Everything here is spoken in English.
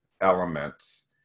elements